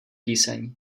píseň